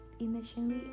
initially